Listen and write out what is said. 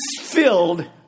filled